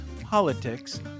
politics